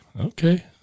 Okay